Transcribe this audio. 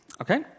okay